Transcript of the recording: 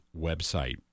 website